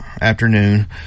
afternoon